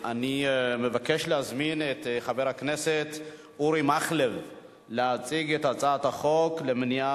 אני מבקש להזמין את חבר הכנסת אורי מקלב להציג את הצעת חוק מימון